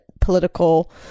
political